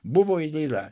buvo ir yra